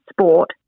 sport